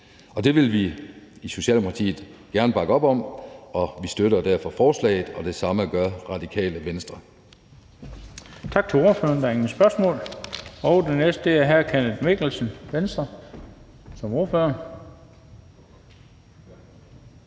Det vil vi i Socialdemokratiet gerne bakke op om, og vi støtter derfor forslaget. Og det samme gør Radikale Venstre.